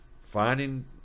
finding